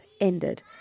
ended